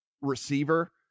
receiver